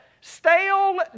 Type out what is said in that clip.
stale